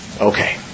okay